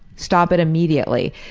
stop it immediately.